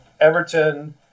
everton